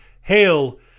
Hail